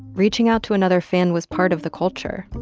reaching out to another fan was part of the culture,